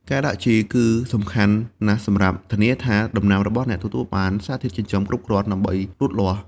ការដាក់ជីគឺសំខាន់ណាស់សម្រាប់ធានាថាដំណាំរបស់អ្នកទទួលបានសារធាតុចិញ្ចឹមគ្រប់គ្រាន់ដើម្បីលូតលាស់។